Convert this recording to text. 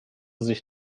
sich